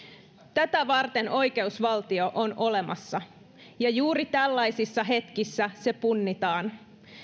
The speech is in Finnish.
tätä varten oikeusvaltio on olemassa ja juuri tällaisissa hetkissä se punnitaan